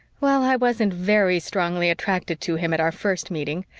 well, i wasn't very strongly attracted to him at our first meeting,